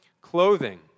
clothing